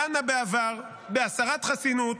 דנה בעבר בהסרת חסינות